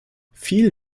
viel